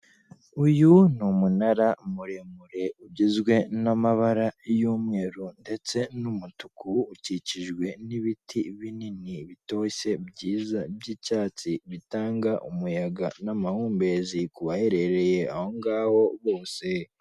Uyu ni umunara muremure ugizwe n'amabara y'umweru ndetse n'umutuku, ukikijwe n'ibiti binini bitoshye byiza by'icyatsi, bitanga umuyaga n'amahumbezi ku baherereye aho ngaho bose.